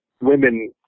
women